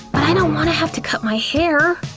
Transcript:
i don't want to have to cut my hair.